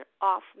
off